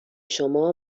شما